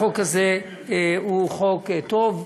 החוק הזה הוא חוק טוב,